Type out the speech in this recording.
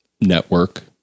network